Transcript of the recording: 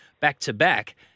back-to-back